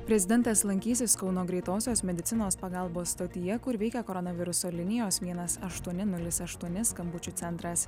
prezidentas lankysis kauno greitosios medicinos pagalbos stotyje kur veikia koronaviruso linijos vienas aštuoni nulis aštuoni skambučių centras